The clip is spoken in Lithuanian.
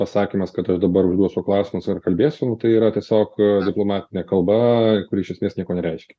pasakymas kad aš dabar užduosiu klausimus ar kalbėsiu nu tai yra tiesiog diplomatinė kalba kuri iš esmės nieko nereiškia